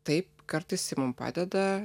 taip kartais ji mum padeda